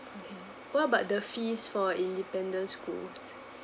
okay what about the fees for independent schools